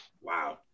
Wow